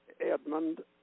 Edmund